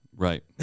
Right